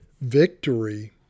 victory